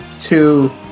two